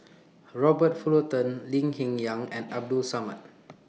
Robert Fullerton Lee Hsien Yang and Abdul Samad